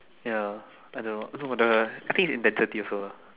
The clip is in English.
ya I don't know what so but the I think it's intensity also